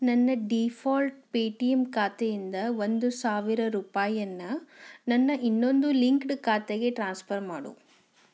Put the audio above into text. ನನ್ನ default Paytm ಖಾತೆಯಿಂದ ಒಂದು ಸಾವಿರ ರೂಪಾಯಿಯನ್ನು ನನ್ನ ಇನ್ನೊಂದು ಲಿಂಕ್ಡ್ ಖಾತೆಗೆ ಟ್ರಾನ್ಸ್ಫರ್ ಮಾಡು